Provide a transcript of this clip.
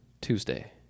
Tuesday